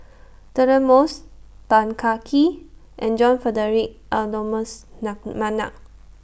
Deirdre Moss Tan Kah Kee and John Frederick Adolphus Mcnair